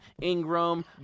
Ingram